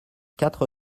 quatre